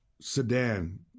Sedan